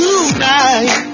Tonight